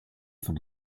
von